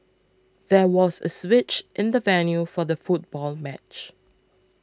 there was a switch in the venue for the football match